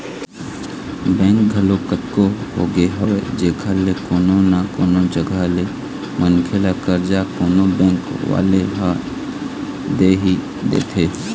bank घलोक कतको होगे हवय जेखर ले कोनो न कोनो जघा ले मनखे ल करजा कोनो बेंक वाले ह दे ही देथे